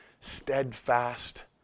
steadfast